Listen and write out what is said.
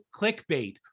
clickbait